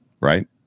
right